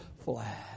flat